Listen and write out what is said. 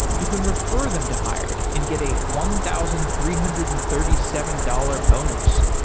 you can refer them to hired and get a one thousand three hundred and thirty seven dollars bonus.